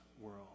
world